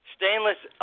Stainless